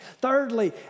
Thirdly